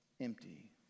empty